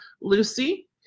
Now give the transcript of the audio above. Lucy